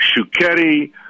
Shukeri